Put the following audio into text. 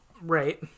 Right